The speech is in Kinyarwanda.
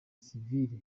sivile